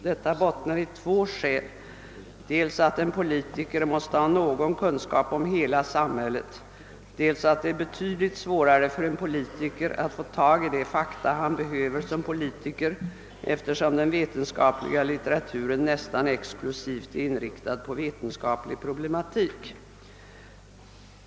Detta bottnar i två skäl, dels att en politiker måste ha någon kunskap om hela samhället, dels att det är betydligt svårare för en politiker att få tag i de fakta han behöver som politiker, eftersom den vetenskapliga litteraturen nästan exklusivt är inriktad på vetenskaplig problematik.